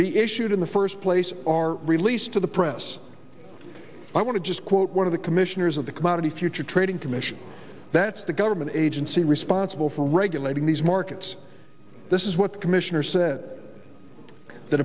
issued in the first place are released to the press i want to just quote one of the commissioners of the commodity futures trading commission that's the government agency responsible for regulating these markets this is what the commissioner said the